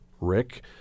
Rick